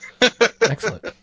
Excellent